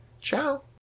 Ciao